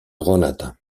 γόνατα